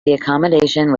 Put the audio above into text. accommodation